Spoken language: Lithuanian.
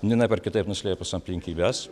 vienaip ar kitaip nuslėpus aplinkybes